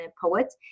poet